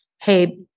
hey